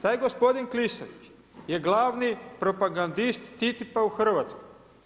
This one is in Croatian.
Taj gospodin Klisović je glavni propagandist Titipa u Hrvatskoj.